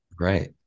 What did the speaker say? Right